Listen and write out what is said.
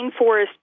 rainforest